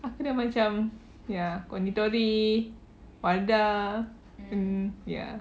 aku dah macam ya konditori wardah hmm ya